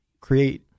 create